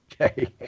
Okay